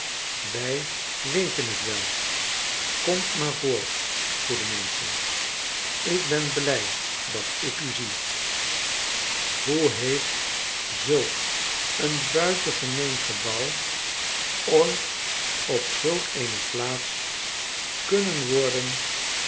wij weten hetwel komtmaar voort goede menschen k ben blij dat k u zie hoe heeft zulk een buitengemeen gebouw ooit op zulk eene plaats kunnen worden